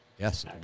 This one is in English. Yes